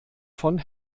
von